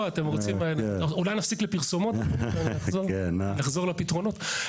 אולי נפסיק לפרסומות ונחזור לפתרונות?